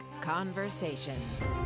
Conversations